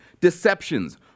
deceptions